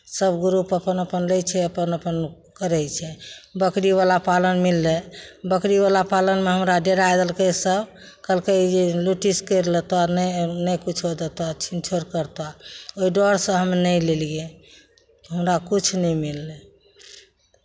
सभ ग्रुप अपन अपन लै छै अपन अपन करै छै बकरीवला पालन मिललै बकरीवला पालनमे हमरा डराय देलकै सभ कहलकै ई जे लोटिस करि लेतह नहि नहि किछो देतह छिन छोड़ करतह ओहि डरसँ हम नहि लेलियै हमरा किछु नहि मिललै